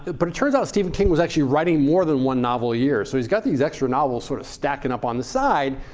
but it turns out stephen king was actually writing more than one novel a year. so he's got these extra novels sort of stacking up on the side.